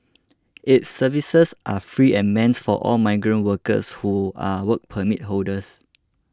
its services are free and meant for all migrant workers who are Work Permit holders